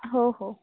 हो हो